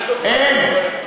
אין.